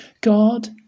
God